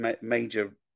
major